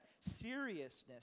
seriousness